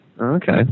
Okay